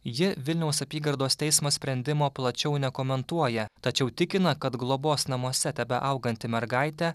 ji vilniaus apygardos teismo sprendimo plačiau nekomentuoja tačiau tikina kad globos namuose tebeauganti mergaitė